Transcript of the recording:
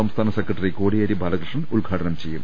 സംസ്ഥാന secretary Kodiyeri Balakrishnan ഉദ്ഘാടനം ചെയ്യും